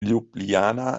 ljubljana